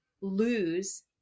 lose